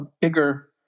bigger